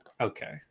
okay